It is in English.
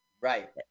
Right